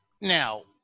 Now